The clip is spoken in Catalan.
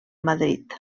madrid